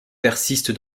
persiste